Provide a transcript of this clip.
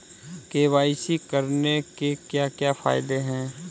KYC करने के क्या क्या फायदे हैं?